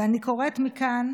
ואני קוראת מכאן